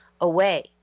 away